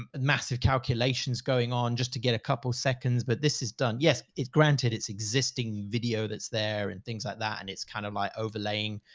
um massive calculations going on just to get a couple seconds, but this is done. yes, it's granted its existing video that's there and things like that, and it's kind of like overlaying,